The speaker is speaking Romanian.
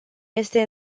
este